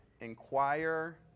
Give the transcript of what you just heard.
inquire